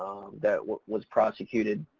that was prosecuted.